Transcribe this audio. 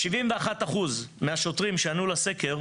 71% מהשוטרים שענו לסקר,